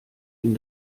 ihn